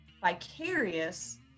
vicarious